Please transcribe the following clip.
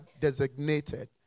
designated